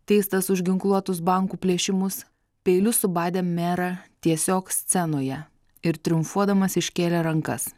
teistas už ginkluotus bankų plėšimus peiliu subadė merą tiesiog scenoje ir triumfuodamas iškėlė rankas